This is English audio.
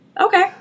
Okay